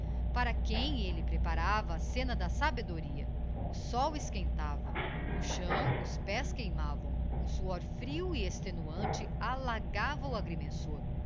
para quem elle preparava a scena da sabedoria o sol esquentava no chão os pés queimavam um suor frio e extenuante alagava o agrimensor